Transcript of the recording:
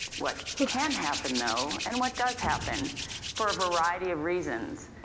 what can happen though, and what does happen for a variety of reasons,